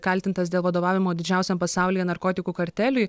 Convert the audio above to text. kaltintas dėl vadovavimo didžiausiam pasaulyje narkotikų karteliui